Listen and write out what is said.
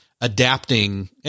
adapting